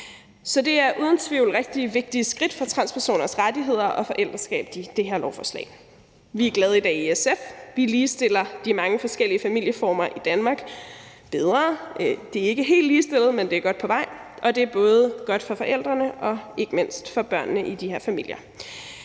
er uden tvivl et rigtig vigtigt skridt for transpersoners rettigheder og forældreskab. Vi er glade i dag i SF. Vi ligestiller de mange forskellige familieformer i Danmark bedre. De er ikke helt ligestillet, men vi er godt på vej, og det er både godt for forældrene og ikke mindst for børnene i de familier.